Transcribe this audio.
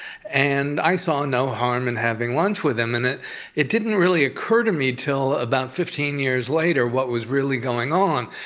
and i saw no harm in having lunch with him. it it didn't really occur to me till about fifteen years later what was really going on,